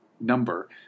number